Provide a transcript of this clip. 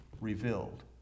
revealed